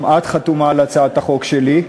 גם את חתומה על הצעת החוק שלי.